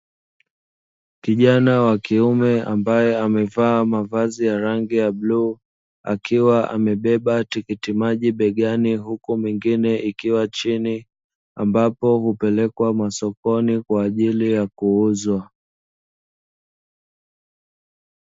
Kijana wa kiume ambaye amevaa mavazi ya rangi ya bluu akiwa amebeba tikiti maji begani, huku mengine ikiwa chini ambapo hupelekwa masokoni kwa ajili ya kuuzwa.